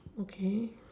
okay